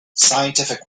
scientific